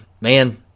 man